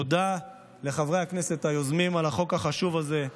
תודה לחברי הכנסת היוזמים על החוק החשוב הזה,